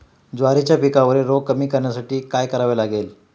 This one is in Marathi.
ज्वारीच्या पिकावरील रोग कमी करण्यासाठी काय करावे लागेल?